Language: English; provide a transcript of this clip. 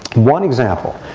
one example,